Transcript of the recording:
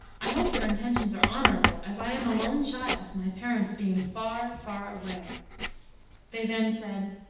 i hope your intentions are honorable, as i am a lone child my parents being far far away they then said,